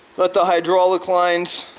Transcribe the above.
let the hydraulic lines